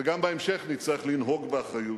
וגם בהמשך נצטרך לנהוג באחריות.